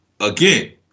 Again